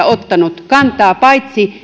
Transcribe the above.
ottanut etämyyntiin kantaa paitsi